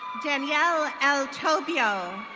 danielle l tobio.